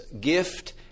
gift